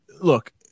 look